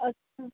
अच्छा